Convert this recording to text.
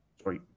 Sorry